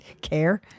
care